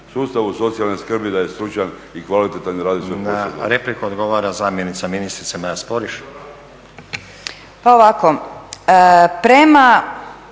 sustavu socijalne skrbi da je stručan i kvalitetan i da radi svoj posao